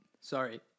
Sorry